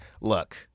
look